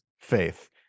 faith